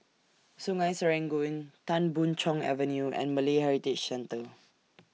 Sungei Serangoon Tan Boon Chong Avenue and Malay Heritage Centre